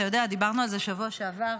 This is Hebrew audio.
אתה יודע, דיברנו על זה בשבוע שעבר.